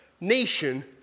nation